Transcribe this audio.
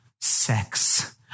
sex